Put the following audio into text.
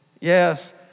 Yes